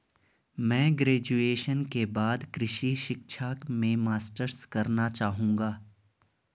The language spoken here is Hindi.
मैं ग्रेजुएशन के बाद कृषि शिक्षा में मास्टर्स करना चाहूंगा